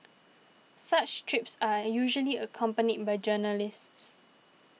such trips are usually accompanied by journalists